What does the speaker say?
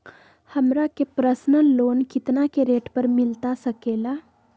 हमरा के personal loan कितना के रेट पर मिलता सके ला?